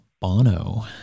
Bono